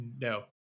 No